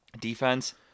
Defense